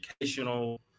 educational